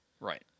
Right